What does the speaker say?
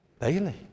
Daily